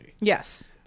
Yes